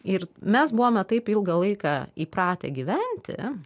ir mes buvome taip ilgą laiką įpratę gyventi